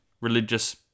religious